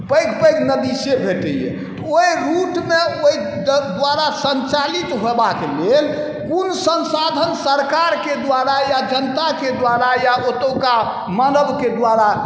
पैघ पैघ नदी से भेटैए तऽ ओहि रूटमे ओहि द्वारा सञ्चालित हेबाके लेल कोन संसाधन सरकारके द्वारा या जनताके द्वारा या ओतुका मानवके द्वारा